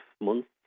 months